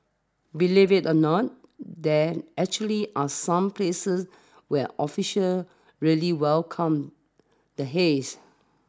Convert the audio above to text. believe it or not there actually are some places where officials really welcome the haze